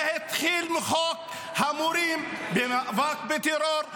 זה התחיל מחוק המורים במאבק בטרור,